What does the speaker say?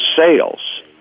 sales